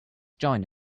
join